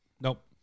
Nope